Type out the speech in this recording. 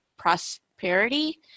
prosperity